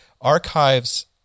archives